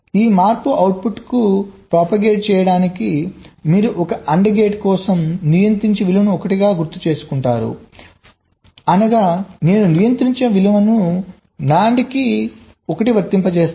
ఈ మార్పు అవుట్పుట్కు ప్రచారం చేయటానికి మీరు ఒక AND గేట్ కోసం నియంత్రించని విలువను 1 గా గుర్తుచేసుకుంటారు అనగా నేను నియంత్రించని విలువలను NAND కి 1 కి వర్తింపజేస్తాను